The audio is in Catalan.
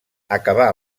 acabà